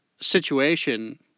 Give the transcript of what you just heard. situation